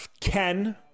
Ken